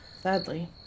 Sadly